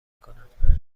کنم